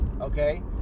okay